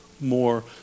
More